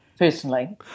personally